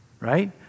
right